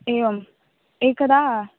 एवम् एकदा